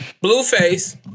Blueface